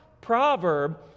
Proverb